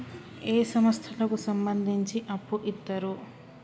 ఏ సంస్థలకు సంబంధించి అప్పు ఇత్తరు?